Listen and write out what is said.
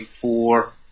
four